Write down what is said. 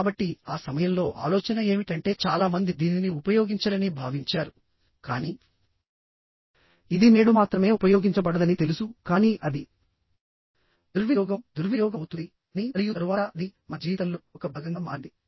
కాబట్టి ఆ సమయంలో ఆలోచన ఏమిటంటే చాలా మంది దీనిని ఉపయోగించరని భావించారుకానీ ఇది నేడు మాత్రమే ఉపయోగించబడదని తెలుసుకానీ అది దుర్వినియోగం దుర్వినియోగం అవుతుంది అని మరియు తరువాత అది మన జీవితంలో ఒక భాగంగా మారింది